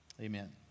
Amen